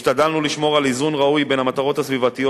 השתדלנו לשמור על איזון ראוי בין המטרות הסביבתיות